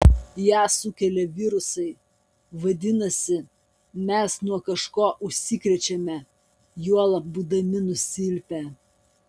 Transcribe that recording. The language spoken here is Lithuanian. ją sukelia virusai vadinasi mes nuo kažko užsikrečiame juolab būdami nusilpę